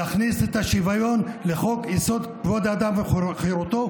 להכניס את השוויון לחוק-יסוד: כבוד האדם וחירותו.